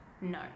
no